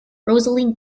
rosalie